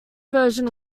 version